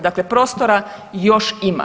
Dakle, prostora još ima.